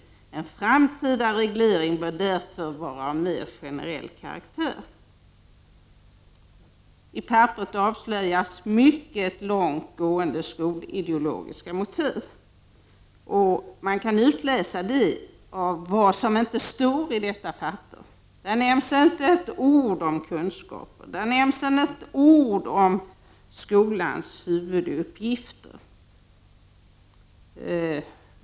En framtida reglering bör därför vara av mer generell karaktär. I skrivelsen avslöjas mycket långt gående skolideologiska motiv. Detta kan utläsas av det som inte står i skrivelsen. Det sägs inte ett ord om kunskaper eller om skolans huvuduppgifter.